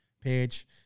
page